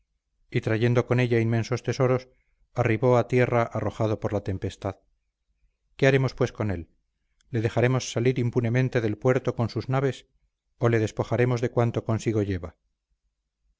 y trayendo con ella inmensos tesoros arribó a tierra arrojado por la tempestad qué haremos pues con él le dejaremos salir impunemente del puerto con sus naves o le despojaremos de cuanto consigo lleva